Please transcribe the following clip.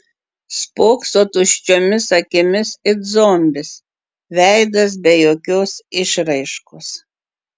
spokso tuščiomis akimis it zombis veidas be jokios išraiškos